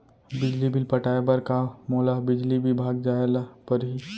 बिजली बिल पटाय बर का मोला बिजली विभाग जाय ल परही?